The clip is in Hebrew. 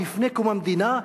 אל לפני קום המדינה,